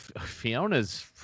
fiona's